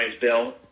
Bill